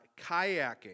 kayaking